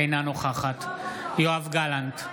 אינה נוכחת יואב גלנט,